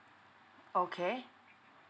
okay